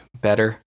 better